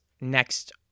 next